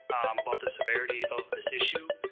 about the severity of this issue,